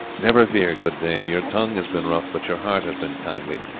never fear, good dame, your tongue has been rough but your heart has been kindly,